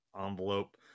envelope